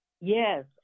Yes